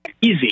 Easy